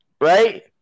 right